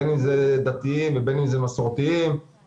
בין אם זה דתיים ובין אם זה מסורתיים וחילוניים,